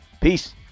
peace